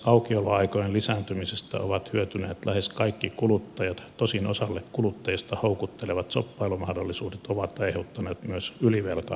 aukioloaikojen lisääntymisestä ovat hyötyneet lähes kaikki kuluttajat tosin osalle kuluttajista houkuttelevat shoppailumahdollisuudet ovat aiheuttaneet myös ylivelkaantumista